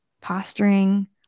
posturing